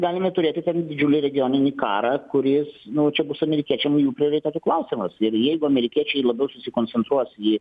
galime turėti ten didžiulį regioninį karą kuris nu čia bus amerikiečiam jų prioritetų klausimas ir jeigu amerikiečiai labiau susikoncentruos į